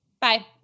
Bye